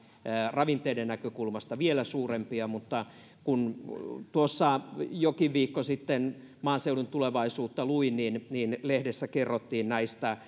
ravinteiden näkökulmasta vielä suurempia mutta kun tuossa jokin viikko sitten maaseudun tulevaisuutta luin niin niin lehdessä kerrottiin näistä